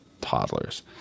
toddlers